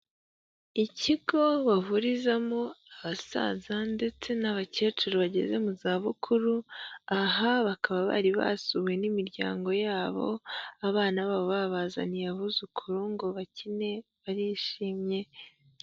Ikigo bavurizamo abasaza ndetse n'abakecuru bageze mu zabukuru, aha bakaba bari basuwe n'imiryango yabo, abana babo babazaniye abuzukuru ngo bakine barishimye.